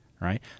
right